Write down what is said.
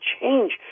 change